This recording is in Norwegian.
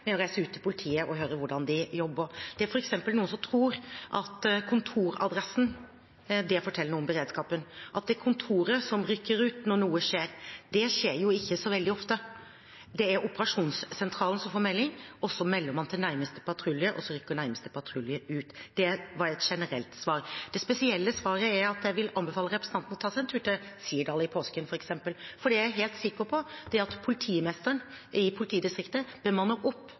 å reise ut til politiet og høre hvordan de jobber. Det er f.eks. noen som tror at kontoradressen forteller noe om beredskapen, at det er kontoret som rykker ut når noe skjer. Det skjer jo ikke så veldig ofte. Det er operasjonssentralen som får melding, så melder man til nærmeste patrulje, og så rykker nærmeste patrulje ut. Det var et generelt svar. Det spesielle svaret er at jeg vil anbefale representanten å ta seg en tur til Sirdal, i påsken f.eks., for det jeg er helt sikker på, er at politimesteren i politidistriktet bemanner opp